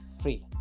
free